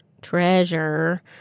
treasure